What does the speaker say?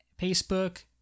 Facebook